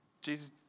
Jesus